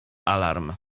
alarm